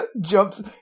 jumps